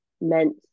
meant